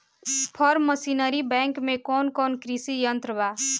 Form machinery bank में कौन कौन कृषि यंत्र बा?